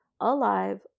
alive